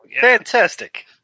Fantastic